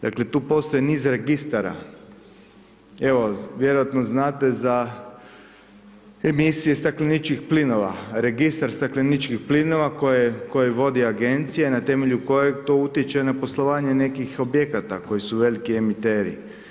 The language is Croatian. Dakle, tu postoji niz registara, evo, vjerojatno znate za emisije stakleničkih plinova, Registar stakleničkih plinova koji vodi agencija na temelju kojeg to utječe na poslovanje nekih objekata koji su veliki emiteri.